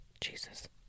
Jesus